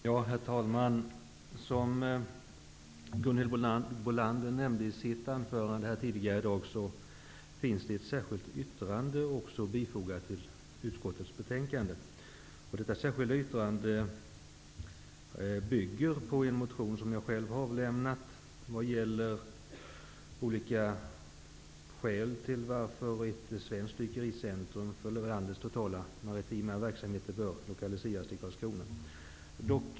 Herr talman! Som Gunhild Bolander nämnde i sitt anförande tidigare här i dag finns det ett särskilt yttrande nr 2 fogat till utskottets betänkande. Detta särskilda yttrande bygger på en motion som jag själv har väckt och där jag har anfört skälen för att ett svenskt dykericentrum för landets totala maritima verksamheter bör lokaliseras till Karlskrona.